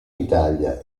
italia